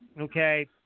okay